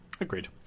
Agreed